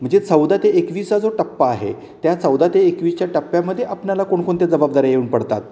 म्हणजे चौदा ते एकवीस चा जो टप्पा आहे त्या चौदा ते एकवीसच्या टप्प्यामध्ये आपल्याला कोणकोणत्या जबाबदाऱ्या येऊन पडतात